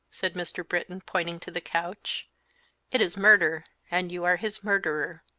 said mr. britton, pointing to the couch it is murder, and you are his murderer.